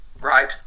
Right